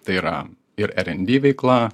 tai yra ir r en d veikla